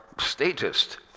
statist